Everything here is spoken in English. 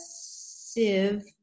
sieve